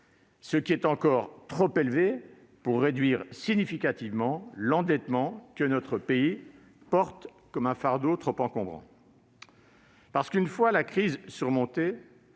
ce qui est encore trop élevé pour réduire significativement l'endettement que notre pays porte comme un fardeau trop encombrant. Une fois la crise surmontée,